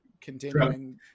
continuing